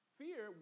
fear